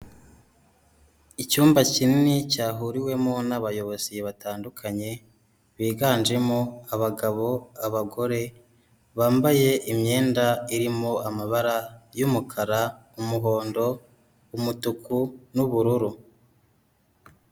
Icyumba kinini cyahuriwemo n'abayobozi batandukanye. Biganjemo : Abagabo , abagore bambaye imyenda irimo amabara y'umukara , umuhondo , umutuku n'ubururu.